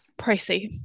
pricey